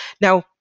Now